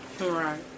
Right